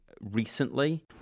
recently